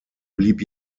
blieb